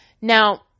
Now